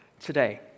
today